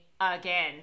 again